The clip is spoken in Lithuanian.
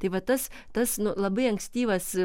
tai vat tas tas nu labai ankstyvas